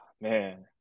man